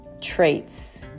traits